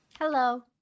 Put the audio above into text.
Hello